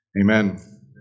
Amen